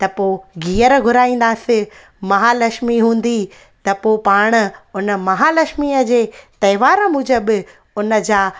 त पोइ घीहर घूराईंदासीं महालक्ष्मी हूंदी त पोइ पाण उन महालक्ष्मीअ जे त्योहार मूजिबि हुन जा